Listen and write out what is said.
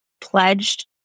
pledged